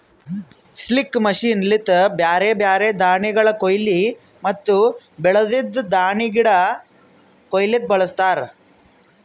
sickle machine ಲಿಂತ ಬ್ಯಾರೆ ಬ್ಯಾರೆ ದಾಣಿಗಳ ಕೋಯ್ಲಿ ಮತ್ತ ಬೆಳ್ದಿದ್ ದಾಣಿಗಿಡ ಕೊಯ್ಲುಕ್ ಬಳಸ್ತಾರ್